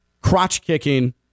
crotch-kicking